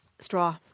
straw